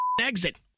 exit